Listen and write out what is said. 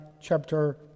chapter